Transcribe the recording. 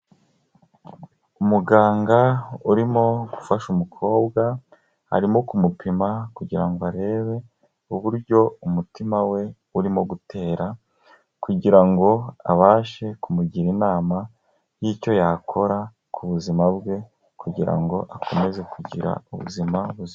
Umuganga urimo gufasha umukobwa, arimo kumupima kugira ngo arebe uburyo umutima we urimo gutera kugira ngo abashe kumugira inama y'icyo yakora ku buzima bwe kugira ngo akomeze kugira ubuzima bwiza.